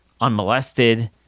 unmolested